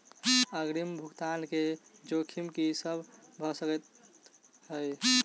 अग्रिम भुगतान केँ जोखिम की सब भऽ सकै हय?